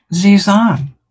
zizan